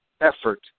effort